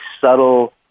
subtle